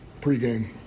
pregame